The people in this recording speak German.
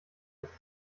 lässt